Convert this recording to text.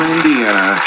Indiana